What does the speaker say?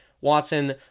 Watson